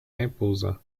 imposant